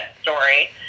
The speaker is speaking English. story